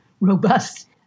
robust